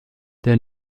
der